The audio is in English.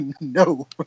No